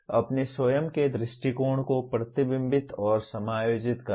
अपने स्वयं के दृष्टिकोण को प्रतिबिंबित और समायोजित करना